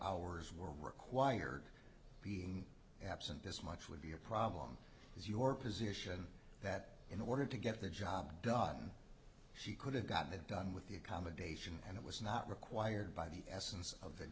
hours were required being absent this much would be a problem as your position that in order to get the job done she could have gotten it done with the accommodation and it was not required by the essence of the